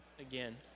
again